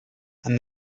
and